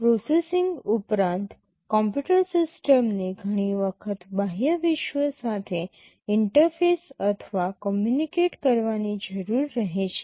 processing ઉપરાંત computer સિસ્ટમને ઘણી વખત બાહ્ય વિશ્વ સાથે ઇન્ટરફેસ અથવા કમ્યુનિકેટ કરવાની જરૂર રહે છે